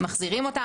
מחזירים אותם,